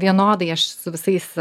vienodai aš su visais